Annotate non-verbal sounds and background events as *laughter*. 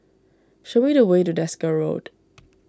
show me the way to Desker Road *noise*